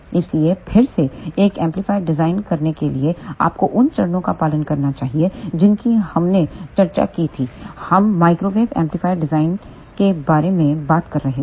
इसलिए फिर से एक एम्पलीफायर डिजाइन करने के लिए आपको उन चरणों का पालन करना चाहिए जिनकी हमने चर्चा की थी जब हम माइक्रोवेव एम्पलीफायर डिजाइन के बारे में बात कर रहे थे